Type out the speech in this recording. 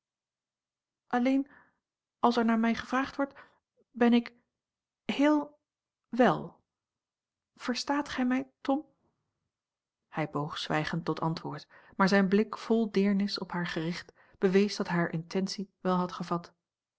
alleen als er naar mij gevraagd wordt ben ik heel wel verstaat gij mij tom hij boog zwijgend tot antwoord maar zijn blik vol deernis op haar gericht bewees dat hij hare intentie wel had gevat